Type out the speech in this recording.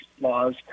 laws